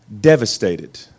devastated